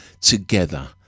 Together